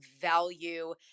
value